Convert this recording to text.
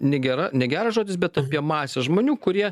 negera negeras žodis bet apie masę žmonių kurie